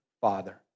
father